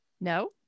No